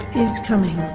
is coming.